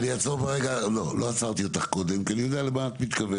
אני יודע למה את מתכוונת,